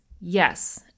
Yes